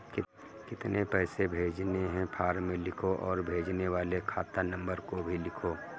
कितने पैसे भेजने हैं फॉर्म में लिखो और भेजने वाले खाता नंबर को भी लिखो